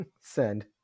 Send